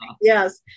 yes